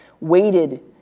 waited